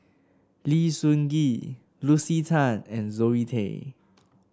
Lim Sun Gee Lucy Tan and Zoe Tay